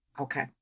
Okay